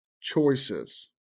choices